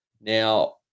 Now